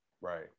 Right